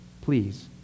Please